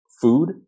food